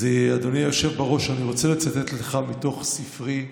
אז אדוני היושב בראש, אני רוצה לצטט לך מתוך ספרי,